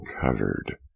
covered